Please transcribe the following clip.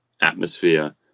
atmosphere